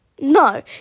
No